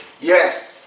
Yes